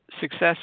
Success